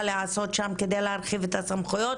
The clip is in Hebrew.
להיעשות שם כדי להרחיב את הסמכויות